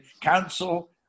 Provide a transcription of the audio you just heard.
Council